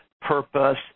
purpose